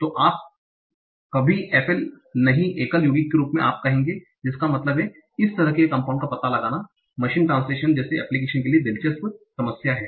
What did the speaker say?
तो आप कभी FL नहीं एकल यौगिक के रूप में आप कहेंगे इसका मतलब है कि इस तरह के कम्पाउण्ड का पता लगाना मशीन ट्रांसलेशन Translation अनुवाद जैसे एप्लिकेशन के लिए दिलचस्प समस्या है